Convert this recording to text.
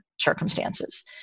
circumstances